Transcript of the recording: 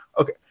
Okay